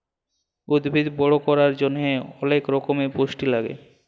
উদ্ভিদ বড় ক্যরার জন্হে অলেক রক্যমের পুষ্টি লাগে